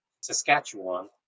saskatchewan